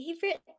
favorite